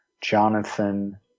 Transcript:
Jonathan